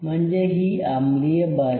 म्हणजे ही आम्लीय बाजू